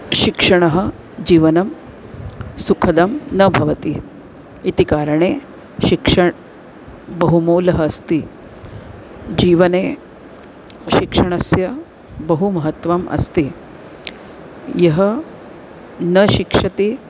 शिक्षणं जीवनं सुखदं न भवति इति कारणेन शिक्षा बहु मूल्यम् अस्ति जीवने शिक्षणस्य बहु महत्त्वम् अस्ति यः न शिक्षति